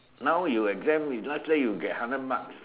now you exam is not say you get hundred marks